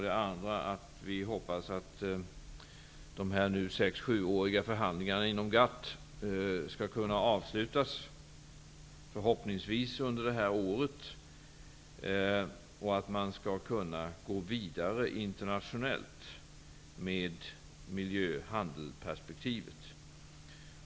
Det andra är att vi hoppas att de 6--7-åriga förhandlingarna inom GATT skall kunna avslutas, förhoppningsvis under det här året, och att man skall kunna gå vidare internationellt med miljö-- handel-perspektivet.